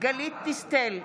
גלית דיסטל אטבריאן,